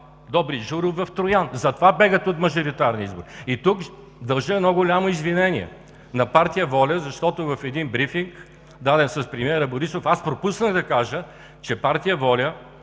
Добри Джуров в Троян. Затова бягат от мажоритарни избори! И тук дължа едно голямо извинение на партия ВОЛЯ, защото в един брифинг, даден с премиера Борисов, аз пропуснах да кажа, че партия ВОЛЯ